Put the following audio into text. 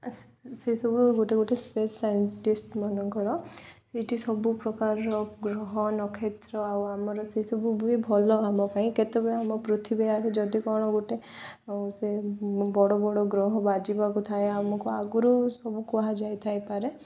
ସେସବୁ ଗୋଟେ ଗୋଟେ ସ୍ପେସ୍ ସାଇଣ୍ଟିଷ୍ଟମାନଙ୍କର ସେଇଠି ସବୁପ୍ରକାରର ଗ୍ରହ ନକ୍ଷତ୍ର ଆଉ ଆମର ସେସବୁ ବି ଭଲ ଆମ ପାଇଁ କେତେବେଳେ ଆମ ପୃଥିବୀ ଆରେ ଯଦି କ'ଣ ଗୋଟେ ଆ ସେ ବଡ଼ ବଡ଼ ଗ୍ରହ ବାଜିବାକୁ ଥାଏ ଆମକୁ ଆଗରୁ ସବୁ କୁହାଯାଇ ଥାଇପାରେ